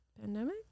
pandemic